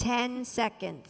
ten second